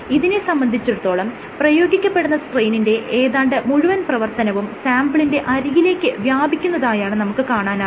ഇതിനെ സംബന്ധിച്ചിടത്തോളം പ്രയോഗിക്കപ്പെടുന്ന സ്ട്രെയിനിന്റെ ഏതാണ്ട് മുഴുവൻ പ്രവർത്തനവും സാംപിളിന്റെ അരികിലേക്ക് വ്യാപിക്കുന്നതായാണ് നമുക്ക് കാണാനാകുക